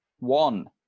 One